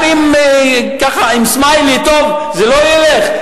גם עם סמיילי טוב, זה לא ילך.